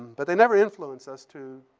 but they never influenced us to,